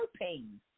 pain